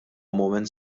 mument